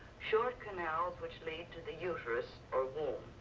short canals which lead to the uterus or womb.